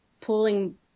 pulling